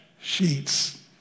sheets